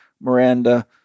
Miranda